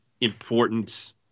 important